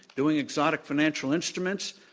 doing exotic financial instruments,